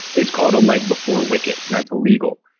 it's called a leg before wicket. that's illegal.